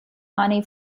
money